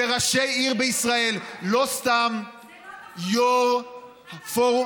וראשי עיר בישראל לא סתם יו"ר פורום,